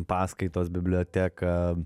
paskaitos biblioteka